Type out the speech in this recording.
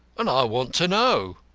and i want to know.